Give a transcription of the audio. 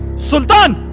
sultan,